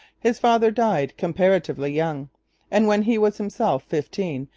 his father died comparatively young and, when he was himself fifteen,